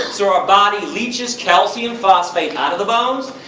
so body leeches calcium, phosphate out of the bones,